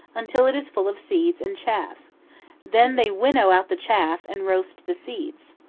until it is full of seeds and chaff then they winnow out the chaff and roast the seeds.